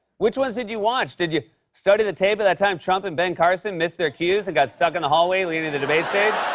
which ones did you watch? did you study the tape of that time trump and ben carson missed their cues and got stuck in the hallway leading to the debate stage?